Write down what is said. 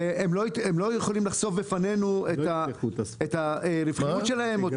והם לא יכולים לחשוף בפנינו את הרווחיות שלהם.